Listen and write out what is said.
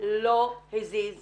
לא הזיז כלום.